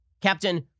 Captain